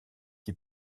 qui